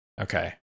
Okay